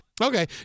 Okay